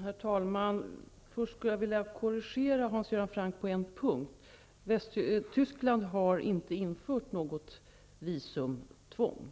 Herr talman! Först skulle jag vilja korrigera Hans Göran Franck på en punkt. Tyskland har inte infört något visumtvång.